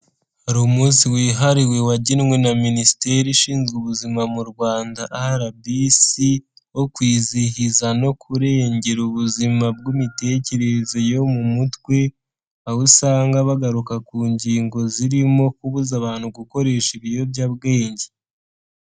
Hari umunsi wihariwe wagenwe na Minisiteri ishinzwe ubuzima mu Rwanda arabisi wo kwizihiza no kurengera ubuzima bw'imitekerereze yo mu mutwe, aho usanga bagaruka ku ngingo zirimo kubuza abantu gukoresha ibiyobyabwenge.